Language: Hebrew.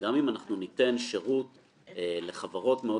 שגם אם אנחנו ניתן שרות לחברות מאוד